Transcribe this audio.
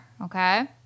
okay